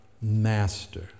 master